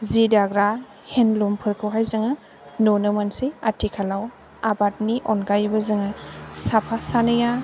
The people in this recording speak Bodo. जि' दाग्रा हेन्डलुमफोरखौहाइ जोङो नुनो मोनसै आथिखालाव आबादनि अनगायैबो जोङो साफा सानैआ